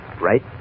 right